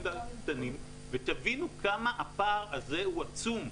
והקטנים ותבינו כמה הפער הזה הוא עצום.